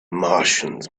martians